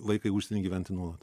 vaiką į užsienį gyventi nuolat